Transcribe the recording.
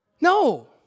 No